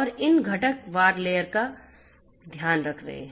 और इन घटक वार लेयर का ध्यान रख रहे हैं